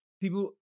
people